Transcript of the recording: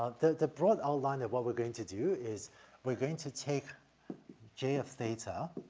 the the broad outline of what we're going to do is we're going to take j of theta.